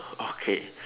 okay